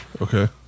Okay